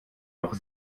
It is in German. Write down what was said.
noch